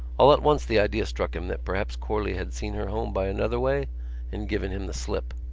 all at once the idea struck him that perhaps corley had seen her home by another way and given him the slip.